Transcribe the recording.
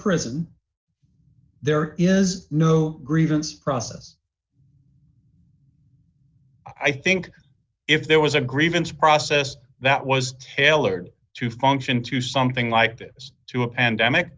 prison there is no grievance process i think if there was a grievance process that was tailored to function to something like this to a pandemic